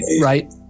right